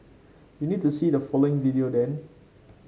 you need to see the following video then